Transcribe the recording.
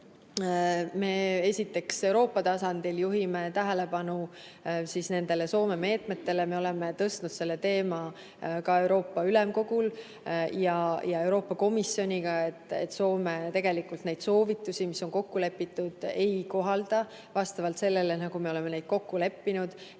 Esiteks, Euroopa tasandil juhime tähelepanu nendele Soome meetmetele. Me oleme tõstnud selle teema ka Euroopa Ülemkogul ja Euroopa Komisjonis, et Soome tegelikult neid soovitusi, mis on kokku lepitud, ei kohalda nii, nagu me oleme kokku leppinud.